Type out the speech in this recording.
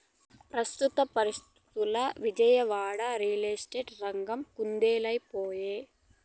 పెస్తుత పరిస్తితుల్ల Vijayawada, real estate రంగం కుదేలై పాయె